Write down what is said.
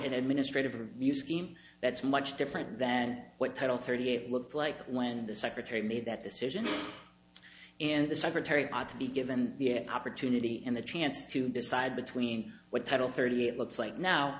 in administrative review scheme that's much different than what title thirty eight looks like when the secretary made that decision and the secretary ought to be given the opportunity and the chance to decide between what title thirty eight looks like now